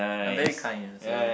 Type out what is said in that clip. I'm very kind and so